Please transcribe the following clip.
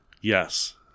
Yes